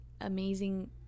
amazing